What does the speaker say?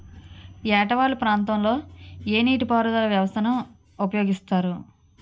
ఏట వాలు ప్రాంతం లొ ఏ నీటిపారుదల వ్యవస్థ ని ఉపయోగిస్తారు?